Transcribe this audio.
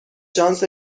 شانس